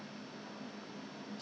all at the edge at the bottom